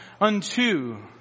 unto